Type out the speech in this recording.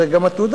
צריך גם עתודה.